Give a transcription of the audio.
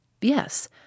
Yes